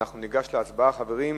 אנחנו ניגש להצבעה, חברים.